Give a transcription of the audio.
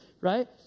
right